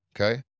okay